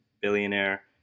billionaire